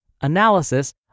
analysis